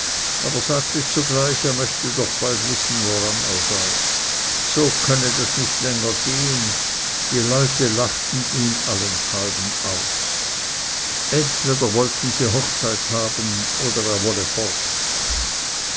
aber sagte zugleich er möchte doch bald wissen woran er sei so könne das nicht länger gehen die leute lachten ihn allenthalben aus entweder wollten sie hochzeit haben oder er wolle fort